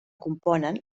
componen